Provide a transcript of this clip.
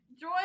Joy